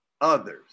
others